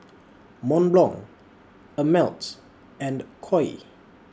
Mont Blanc Ameltz and Koi